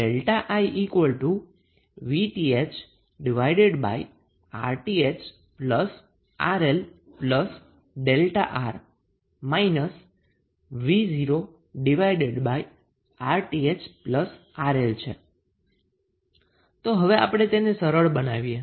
I VThRTh RL ΔR V0RTh RL હવે આપણે તેને સરળ બનાવીએ